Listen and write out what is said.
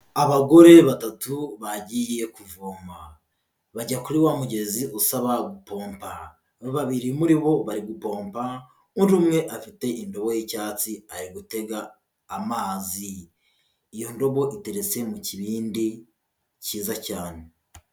Abagore batatu bagiye kuvoma. Bajya kuri wa mugezi usaba gupompa, babiri muri bo bari gupompa, undi umwe afite indobo y'icyatsi ari gutega amazi. Iyo ndobo iteretse mu kibindi cyiza cyane.